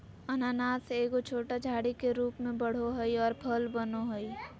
अनानास एगो छोटा झाड़ी के रूप में बढ़ो हइ और फल बनो हइ